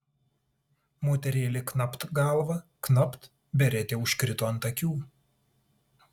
moterėlė knapt galva knapt beretė užkrito ant akių